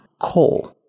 coal